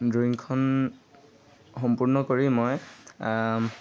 ড্ৰয়িংখন সম্পূৰ্ণ কৰি মই